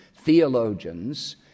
theologians